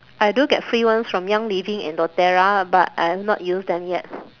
I do get free ones from young living and doTerra but I have not use them yet